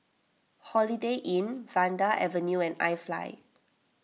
Holiday Inn Vanda Avenue and iFly